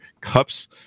cups